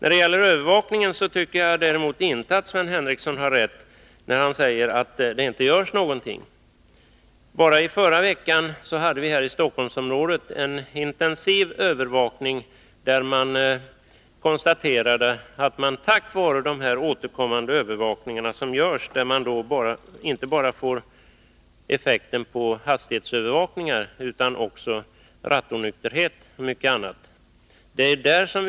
Däremot tycker jag inte att Sven Henricsson har rätt när han säger att det inte görs någonting i fråga om övervakningen. Senast i förra veckan genomfördes här i Stockholmsområdet en intensiv trafikövervakning, och i samband därmed konstaterades det att de återkommande övervakningar som görs inte bara gäller hastighetsbestämmelsernas efterlevnad utan också kontroll av rattonykterhet och mycket annat.